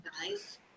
guys